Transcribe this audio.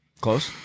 Close